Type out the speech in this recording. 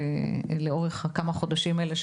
חומרים מקצועיים לאורך כמה החודשים האלה.